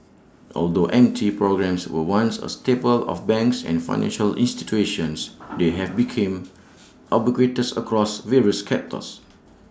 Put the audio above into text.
although M T programmes were once A staple of banks and financial institutions they have became ubiquitous across various